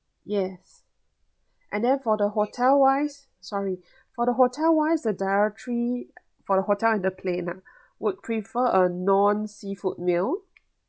yes and then for the hotel wise sorry for the hotel wise the directory for the hotel and the plane ah would prefer a non-seafood meal